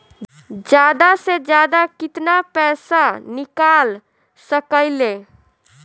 जादा से जादा कितना पैसा निकाल सकईले?